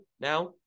now